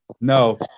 no